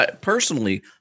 Personally